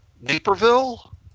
Naperville